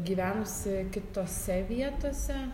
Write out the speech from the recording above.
gyvenusi kitose vietose